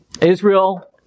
Israel